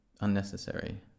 unnecessary